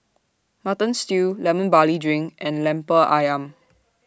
Mutton Stew Lemon Barley Drink and Lemper Ayam